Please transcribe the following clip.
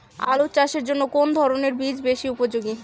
আলু চাষের জন্য কোন ধরণের বীজ বেশি উপযোগী?